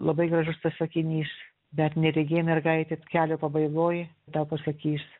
labai gražus tas sakinys bet neregė mergaitė kelio pabaigoj tau pasakys